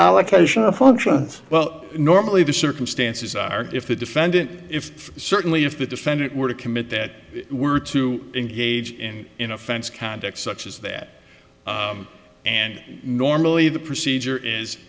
functions well normally the circumstances are if the defendant if certainly if the defendant were to commit that were to engage in in offense conduct such as that and normally the procedure is